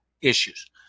issues